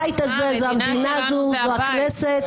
הבית הזה זו המדינה הזו, זו הכנסת.